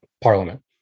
parliament